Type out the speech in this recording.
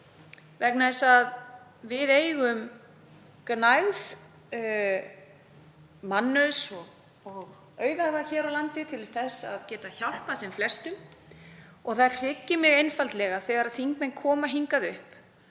vegna þess að við eigum gnægð mannauðs og auðæfa hér á landi til þess að geta hjálpað sem flestum. Það hryggir mig einfaldlega þegar þingmenn koma hingað upp